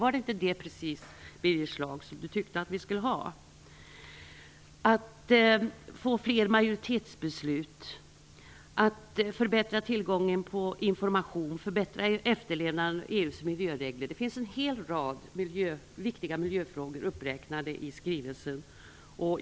Var det inte precis det som Birger Schlaug tyckte? Fler majoritetsbeslut, förbättrad tillgång på information, förbättrad efterlevnad av EU:s miljöregler - det finns en hel rad viktiga miljöfrågor uppräknade i skrivelsen.